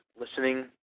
listening